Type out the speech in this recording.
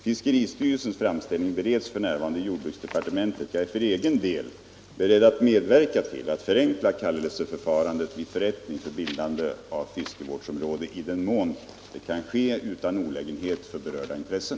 Fiskeristyrelsens framställning bereds f.n. i jordbruksdepartementet. Jag är för egen del beredd att medverka till att förenkla kallelseförfarandet vid förrättning för bildande av fiskevårdsområde, i den mån det kan ske utan olägenhet för berörda intressen.